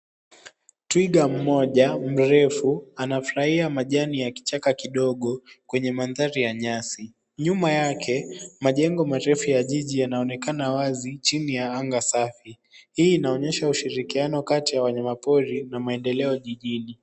Twiga mmoja mrefu anafurahia majani ya kichaka kidogo kwenye mandhari ya nyasi. Nyuma yake, majengo marefu ya jiji yanaonekana wazi chini ya anga safi. Hii ni inaonyesha ushirikiano kati ya wanyamapori na maendeleo ya jijini.